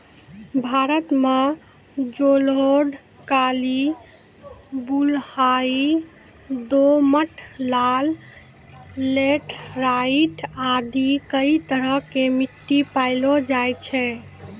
भारत मॅ जलोढ़, काली, बलुआही, दोमट, लाल, लैटराइट आदि कई तरह के मिट्टी पैलो जाय छै